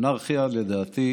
לדעתי